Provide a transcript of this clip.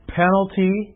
penalty